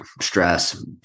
stress